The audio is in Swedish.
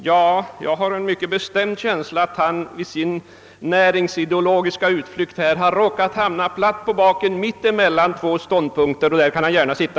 Ja, jag har en mycket bestämd känsla av att han i sin näringsideologiska utflykt här har råkat hamna platt på baken mitt emellan två ståndpunkter — och där kan han gärna sitta.